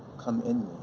come in